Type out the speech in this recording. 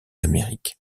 amériques